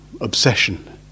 obsession